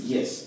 Yes